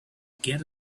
get